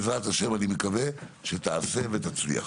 אבל בעזרת השם אני מקווה שתעשה ותצליח.